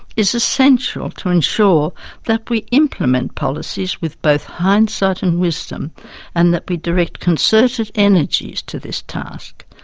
is essential to ensure that we implement policies with both hindsight and wisdom and that we direct concerted energies to this task.